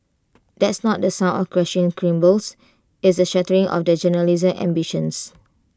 that's not the sound of crashing cymbals it's the shattering of their journalism ambitions